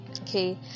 okay